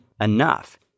enough